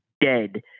dead